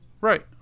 Right